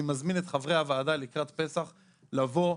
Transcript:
אני מזמין את חברי הוועדה לקראת פסח, לבוא,